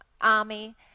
army